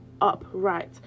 upright